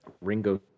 Ringo